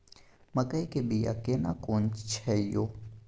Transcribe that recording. मकई के बिया केना कोन छै यो?